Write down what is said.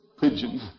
Pigeon